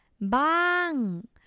Bang